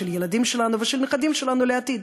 של הילדים שלנו ושל הנכדים שלנו לעתיד?